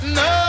no